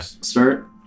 start